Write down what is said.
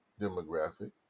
demographic